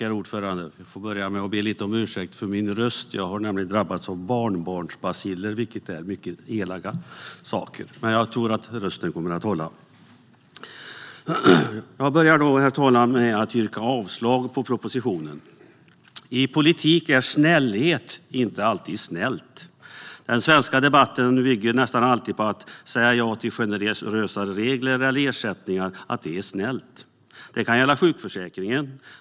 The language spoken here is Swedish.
Herr talman! Jag börjar med att yrka avslag på propositionen. I politik är snällhet inte alltid snällt. Den svenska debatten bygger nästan alltid på att det är snällt att säga ja till generösare regler eller ersättningar. Det kan gälla sjukförsäkringen.